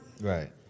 Right